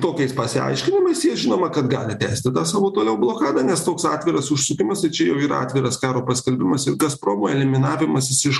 tokiais pasiaiškinimais jie žinoma kad gali tęsti tą savo toliau blokadą nes toks atviras užsukimas tai čia jau yra atviras karo paskelbimas ir gazpromo eliminavimasis iš